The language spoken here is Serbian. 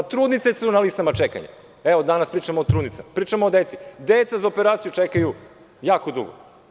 I trudnice su na listi čekanja, danas pričamo o trudnicama, pričamo o deci, deca za operaciju čekaju jako dugo.